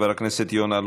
חבר הכנסת יונה,